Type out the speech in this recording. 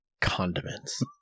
condiments